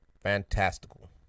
fantastical